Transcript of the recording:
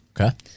Okay